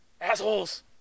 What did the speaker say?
Assholes